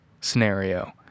scenario